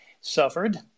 suffered